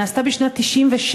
נעשתה בשנת 1997,